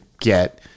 get